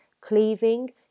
cleaving